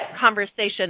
conversation